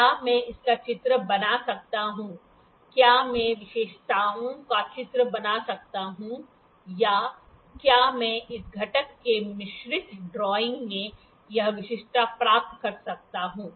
क्या मैं इसका चित्र बना सकता हूं क्या मैं विशिष्टताओं का चित्र बना सकता हूं या क्या मैं इस घटक के मिश्रित ड्राइंग में यह विशिष्टता प्राप्त कर सकता हूं